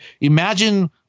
imagine